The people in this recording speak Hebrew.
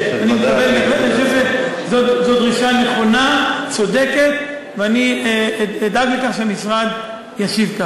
זו דרישה נכונה, צודקת, ואדאג לכך שהמשרד ישיב.